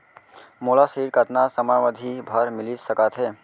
मोला ऋण कतना समयावधि भर मिलिस सकत हे?